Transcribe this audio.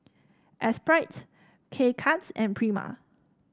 Esprit K Cuts and Prima